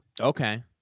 Okay